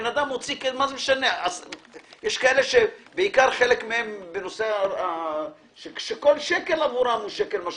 יש אנשים שעבורם כל שקל הוא שקל משמעותי.